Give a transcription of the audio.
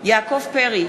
יעקב פרי,